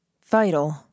Vital